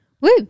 Woo